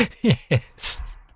Yes